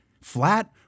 Flat